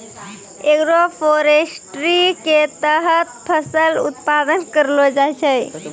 agroforestry के तहत फसल उत्पादन करलो जाय छै